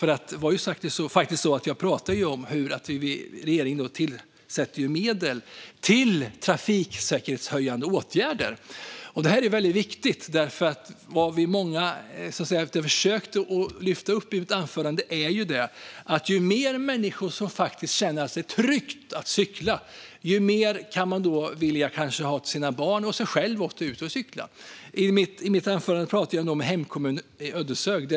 Jag pratade faktiskt om att regeringen avsätter medel för trafiksäkerhetshöjande åtgärder. Detta är väldigt viktigt. Vad jag försökte lyfta upp i mitt anförande var att ju fler människor som känner sig trygga med att cykla, desto mer kanske man vill cykla själv och ha sina barn ute cyklandes. I mitt anförande pratade jag om min hemkommun Ödeshög.